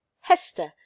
Hester